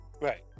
right